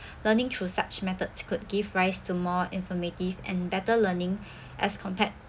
learning through such methods could give rise to more informative and better learning as compared